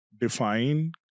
define